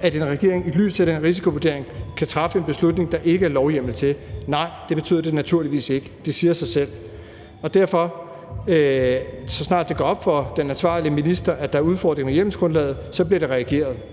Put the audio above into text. at en regering i lyset af den risikovurdering kan træffe en beslutning, der ikke er lovhjemmel til? Nej, det betyder det naturligvis ikke. Det siger sig selv. Derfor bliver der reageret, så snart det går op for den ansvarlige minister, at der er udfordringer i hjemmelsgrundlaget – ikke ved at